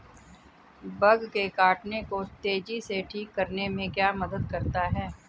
Bug के काटने को तेजी से ठीक करने में क्या मदद करता है?